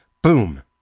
Boom